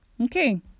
Okay